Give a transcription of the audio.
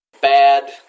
bad